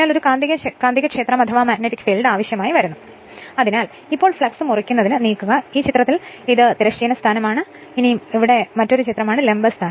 അതിനാൽ ഒരു കാന്തികക്ഷേത്രം ആവശ്യമാണ് അതിനാൽ ഇപ്പോൾ ഫ്ലക്സ് മുറിക്കുന്നതിന് നീക്കുക ഈ ചിത്രത്തിൽ ഇത് തിരശ്ചീന സ്ഥാനമാണ് ഇത് മറ്റൊരുചിത്രമാണ് ലംബ സ്ഥാനം